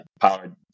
powered